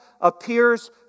appears